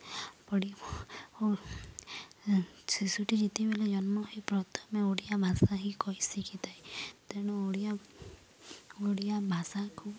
ପଡ଼ିବ ଓ ଶିଶୁଟି ଯେତେବେଲେ ଜନ୍ମ ହୋଇ ପ୍ରଥମେ ଓଡ଼ିଆ ଭାଷା ହିଁ କହି ଶିଖିଥାଏ ତେଣୁ ଓଡ଼ିଆ ଓଡ଼ିଆ ଭାଷାକୁ